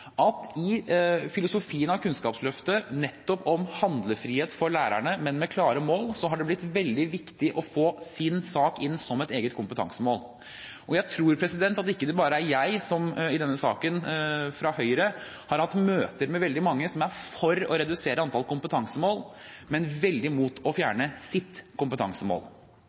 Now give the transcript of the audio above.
at med Kunnskapsløftets filosofi om nettopp handlefrihet for lærerne, men med klare mål, har det blitt veldig viktig å få «sin» sak inn som et eget kompetansemål. Jeg tror det ikke bare er jeg fra Høyre som i denne saken har hatt møter med veldig mange som er for å redusere antall kompetansemål, men veldig imot å fjerne «sitt» kompetansemål